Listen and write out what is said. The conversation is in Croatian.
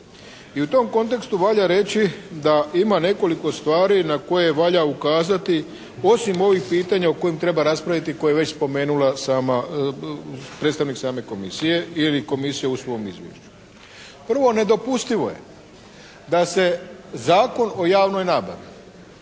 I u tom kontekstu valja reći da ima nekoliko stvari na koje valja ukazati osim ovih pitanja o kojim treba raspraviti koje je već spomenula sama, predstavnik same Komisije ili Komisija u svom izvješću. Prvo, nedopustivo je da se Zakon o javnoj nabavi